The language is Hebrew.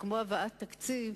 וכמו הבאת תקציב,